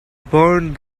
burned